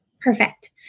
Perfect